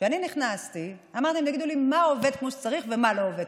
כשאני נכנסתי אמרתי להם: תגידו לי מה עובד כמו שצריך ומה לא עובד.